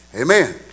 Amen